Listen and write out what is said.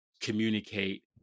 communicate